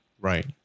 right